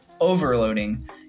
overloading